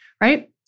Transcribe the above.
right